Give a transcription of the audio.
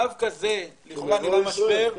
דווקא זה לכאורה --- שיבואו לישראל.